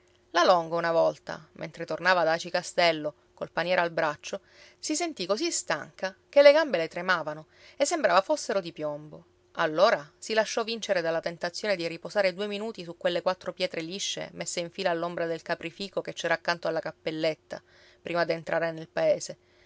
la longa una volta mentre tornava da aci castello col paniere al braccio si sentì così stanca che le gambe le tremavano e sembrava fossero di piombo allora si lasciò vincere dalla tentazione di riposare due minuti su quelle quattro pietre liscie messe in fila all'ombra del caprifico che c'è accanto alla cappelletta prima d'entrare nel paese